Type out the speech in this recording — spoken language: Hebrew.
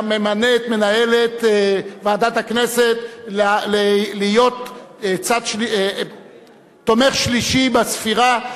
ממנה את מנהלת ועדת הכנסת להיות תומך שלישי בספירה.